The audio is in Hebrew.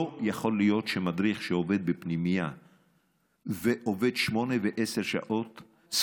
לא יכול להיות שמדריך שעובד בפנימייה שמונה ועשר שעות,